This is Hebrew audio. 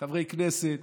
חברי כנסת,